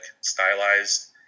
stylized